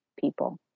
people